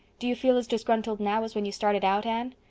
do you feel as disgruntled now as when you started out, anne?